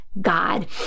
God